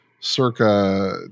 circa